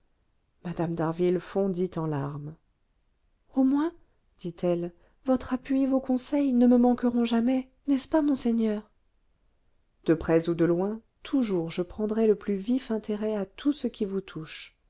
mme d'harville fondit en larmes au moins dit-elle votre appui vos conseils ne me manqueront jamais n'est-ce pas monseigneur de près ou de loin toujours je prendrai le plus vif intérêt à ce qui vous touche